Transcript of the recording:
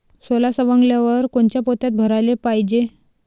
सोला सवंगल्यावर कोनच्या पोत्यात भराले पायजे?